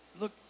Look